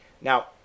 Now